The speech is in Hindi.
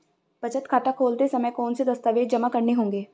बचत खाता खोलते समय कौनसे दस्तावेज़ जमा करने होंगे?